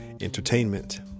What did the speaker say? Entertainment